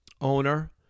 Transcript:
owner